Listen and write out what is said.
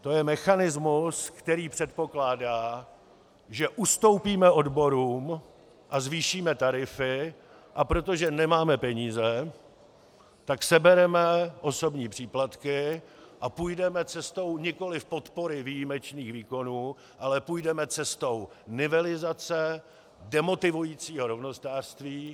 To je mechanismus, který předpokládá, že ustoupíme odborům a zvýšíme tarify, a protože nemáme peníze, tak sebereme osobní příplatky a půjdeme cestou nikoli podpory výjimečných výkonů, ale půjdeme cestou nivelizace, demotivujícího rovnostářství.